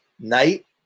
night